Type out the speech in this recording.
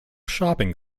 shopping